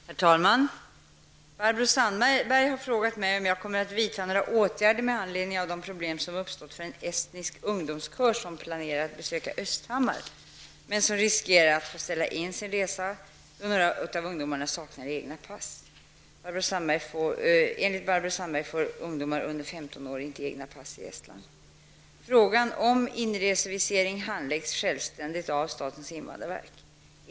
Herr talman! Barbro Sandberg har frågat mig om jag kommer att vidta några åtgärder med anledning av de problem som uppstått för en estnisk ungdomskör som planerar att besöka Östhammar, men som riskerar att få ställa in sin resa, då några av ungdomarna saknar egna pass. Enligt Barbro Frågor om inresevisering handläggs självständigt av statens invandrarverk.